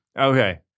Okay